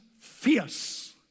fierce